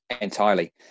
entirely